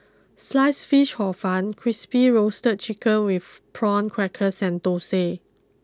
sliced Fish Hor fun Crispy Roasted Chicken with Prawn Crackers and Dosa